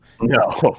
no